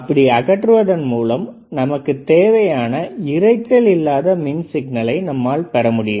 அப்படி அகற்றுவதன் மூலம் நமக்குத் தேவையான இரைச்சல் இல்லாத மின் சிக்னலை பெற முடியும்